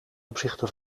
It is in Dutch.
opzichte